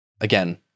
Again